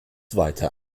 weiter